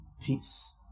peace